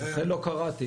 לכן לא קראתי.